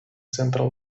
central